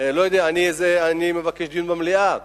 אני מבקש דיון במליאה,